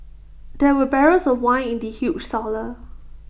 there were barrels of wine in the huge cellar